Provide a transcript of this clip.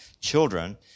children